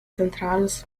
zentrales